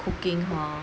cooking hor